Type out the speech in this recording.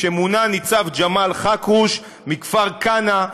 כשמונה ניצב ג'מאל חכרוש מכפר כנא,